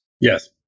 yes